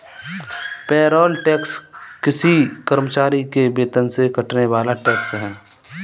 payroll tax किसी कर्मचारी के वेतन से कटने वाला टैक्स है